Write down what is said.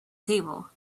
table